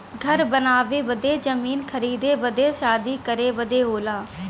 घर बनावे बदे जमीन खरीदे बदे शादी करे बदे होला